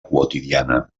quotidiana